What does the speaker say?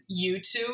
YouTube